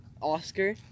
Oscar